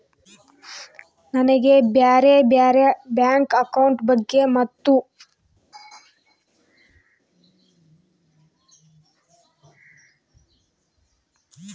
ನನಗೆ ಬ್ಯಾರೆ ಬ್ಯಾರೆ ಬ್ಯಾಂಕ್ ಅಕೌಂಟ್ ಬಗ್ಗೆ ಮತ್ತು?